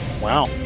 wow